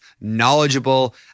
knowledgeable